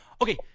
okay